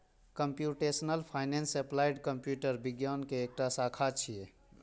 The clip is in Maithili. कंप्यूटेशनल फाइनेंस एप्लाइड कंप्यूटर विज्ञान के एकटा शाखा छियै